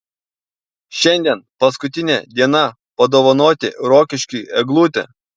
šiandien paskutinė diena padovanoti rokiškiui eglutę